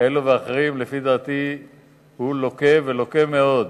כאלה ואחרים, לפי דעתי הוא לוקה ולוקה מאוד.